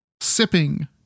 sipping